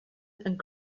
and